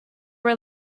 were